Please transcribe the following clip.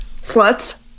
Sluts